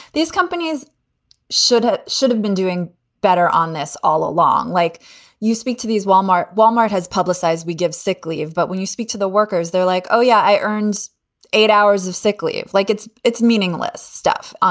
these companies should ah should have been doing better on this all along, like you speak to these wal-mart. wal-mart has publicized we give sick leave. but when you speak to the workers, they're like, oh, yeah, i earns eight hours of sick leave. like, it's it's meaningless stuff.